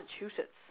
Massachusetts